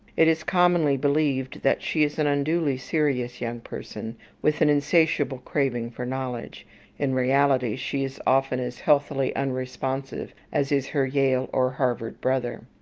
it is commonly believed that she is an unduly serious young person with an insatiable craving for knowledge in reality she is often as healthily unresponsive as is her yale or harvard brother.